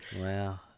wow